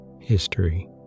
History